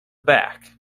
back